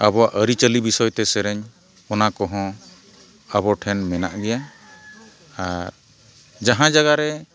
ᱟᱵᱚᱣᱟᱜ ᱟᱹᱨᱤᱪᱟᱹᱞᱤ ᱵᱤᱥᱚᱭ ᱛᱮ ᱥᱮᱨᱮᱧ ᱚᱱᱟ ᱠᱚᱦᱚᱸ ᱟᱵᱚ ᱴᱷᱮᱱ ᱢᱮᱱᱟᱜ ᱜᱮᱭᱟ ᱟᱨ ᱡᱟᱦᱟᱸ ᱡᱟᱭᱜᱟᱨᱮ